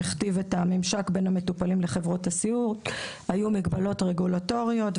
שהכתיב את הממשק בין המטופלים לחברות הסיעוד; מגבלות רגולטוריות;